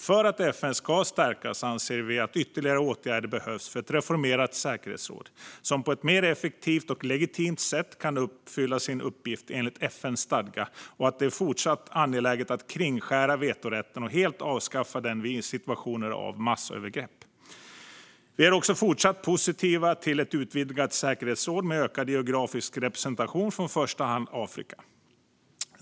För att FN ska stärkas anser vi att ytterligare åtgärder behövs för ett reformerat säkerhetsråd som på ett mer effektivt och legitimt sätt kan uppfylla sin uppgift enligt FN:s stadga och att det är fortsatt angeläget att kringskära vetorätten och helt avskaffa den vid situationer av massövergrepp. Vi är också fortsatt positiva till ett utvidgat säkerhetsråd med ökad geografisk representation från i första hand Afrika.